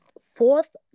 fourth